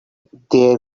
there